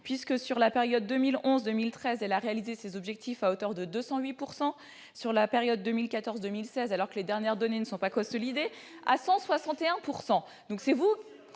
Ainsi, sur la période 2011-2013, elle a réalisé ses objectifs à hauteur de 208 % et, sur la période 2014-2016, alors même que les dernières données ne sont pas consolidées, à hauteur de 161